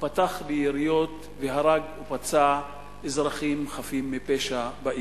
פתח ביריות והרג ופצע אזרחים חפים מפשע בעיר.